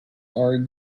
are